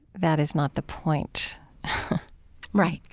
that is not the point right.